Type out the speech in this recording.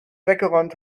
weggeräumt